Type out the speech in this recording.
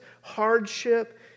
hardship